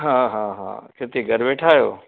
हा हा हा हिते घरु वेठा आहियो